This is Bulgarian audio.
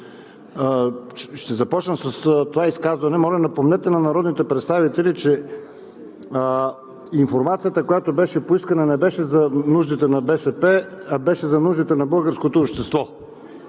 Ще започна с това изказване: моля напомнете на народните представители, че информацията, която беше поискана, не беше за нуждите на БСП, а беше за нуждите на българското общество.